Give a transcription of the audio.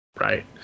Right